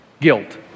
Guilt